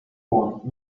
want